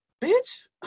bitch